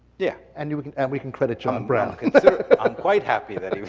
yeah. and we can and we can credit john brown. i'm quite happy that he was,